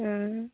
हाँ